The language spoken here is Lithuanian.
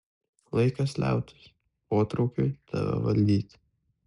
laikas liautis potraukiui tave valdyti